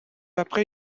après